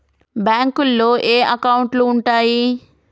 బ్యాంకులో ఏయే అకౌంట్లు ఉంటయ్?